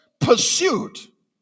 pursuit